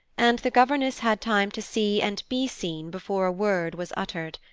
and the governess had time to see and be seen before a word was uttered.